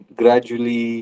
gradually